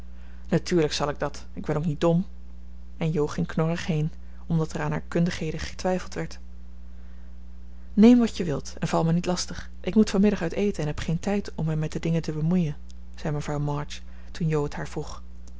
natuurlijk zal ik dat ik ben ook niet dom en jo ging knorrig heen omdat er aan haar kundigheden getwijfeld werd neem wat je wilt en val mij niet lastig ik moet van middag uit eten en heb geen tijd om mij met de dingen te bemoeien zei mevrouw march toen jo het haar vroeg